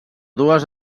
dues